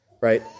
right